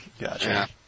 Gotcha